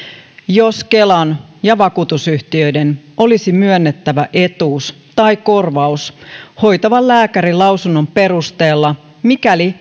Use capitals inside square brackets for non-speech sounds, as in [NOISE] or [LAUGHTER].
jos kelan ja vakuutusyhtiöiden olisi myönnettävä etuus tai korvaus hoitavan lääkärin lausunnon perusteella mikäli [UNINTELLIGIBLE]